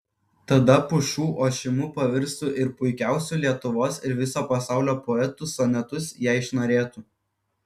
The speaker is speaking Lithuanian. tada pušų ošimu pavirstų ir puikiausių lietuvos ir viso pasaulio poetų sonetus jai šnarėtų